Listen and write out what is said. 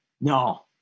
No